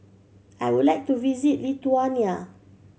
I would like to visit Lithuania